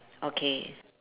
okay